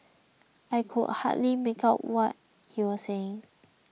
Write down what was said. I could hardly make out what he was saying